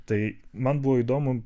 tai man buvo įdomu